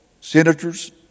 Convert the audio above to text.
senators